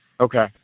okay